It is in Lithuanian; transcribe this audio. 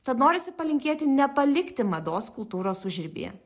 tad norisi palinkėti nepalikti mados kultūros užribyje